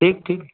ठीक ठीक